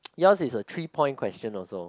yours is a three point question also